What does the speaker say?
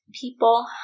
people